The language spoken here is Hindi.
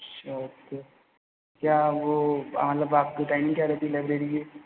अच्छा तो क्या वह मतलब आपकी टाइमिंग क्या रहती है लाइब्रेरी की